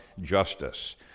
justice